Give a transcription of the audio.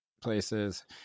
places